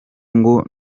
ngo